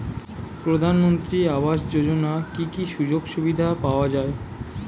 প্রধানমন্ত্রী আবাস যোজনা কি কি সুযোগ সুবিধা পাওয়া যাবে?